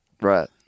Right